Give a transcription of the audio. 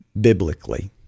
biblically